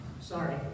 Sorry